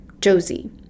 Josie